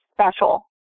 special